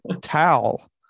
Towel